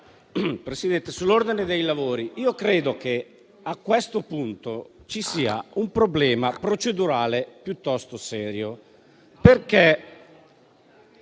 intervengo sull'ordine dei lavori. Credo che a questo punto ci sia un problema procedurale piuttosto serio,